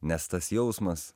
nes tas jausmas